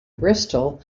bristol